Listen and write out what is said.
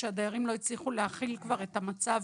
כשהדיירים לא הצליחו להכיל כבר את המצב,